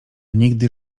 nigdy